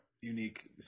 unique